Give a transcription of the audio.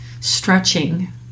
stretching